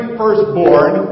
firstborn